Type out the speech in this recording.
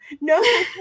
No